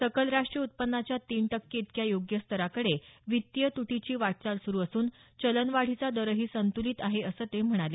सकल राष्ट्रीय उत्पन्नाच्या तीन टक्के इतक्या योग्य स्तराकडे वित्तीय तुटीची वाटचाल सुरू असून चलनवाढीचा दरही संतुलित आहे असं ते म्हणाले